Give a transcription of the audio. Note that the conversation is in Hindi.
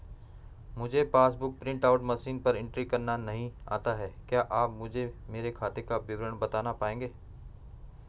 मुझे passbook book print out machine पर एंट्री करना नहीं आता है क्या आप मुझे मेरे खाते का विवरण बताना पाएंगे?